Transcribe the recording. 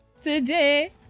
Today